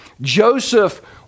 Joseph